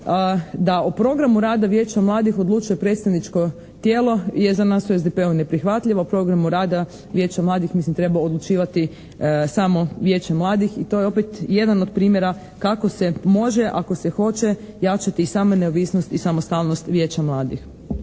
da o programu rada Vijeća mladih odlučuje predstavničko tijelo je za nas u SDP-u neprihvatljivo. O programu rada Vijeća mladih mislim treba odlučivati samo Vijeće mladih i to je opet jedan od primjera kako se može ako se hoće jačati i sama neovisnost i samostalnost Vijeća mladih.